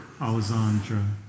Alessandra